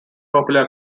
popular